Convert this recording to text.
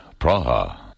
Praha